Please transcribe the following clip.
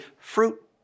fruit